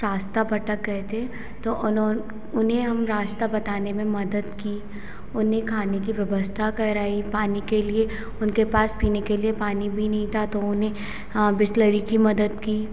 रास्ता भटक गए थे तो उन्होंन उन्हें हम रास्ता बताने में मदद की उन्हें खाने की व्यवस्था कराई पानी के लिए उनके पास पीने के लिए पानी भी नी था तो उन्हें हाँ बिसलेरी की मदद की